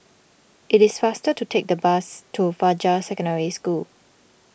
it is faster to take the bus to Fajar Secondary School